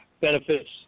benefits